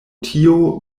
tio